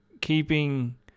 keeping